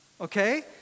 Okay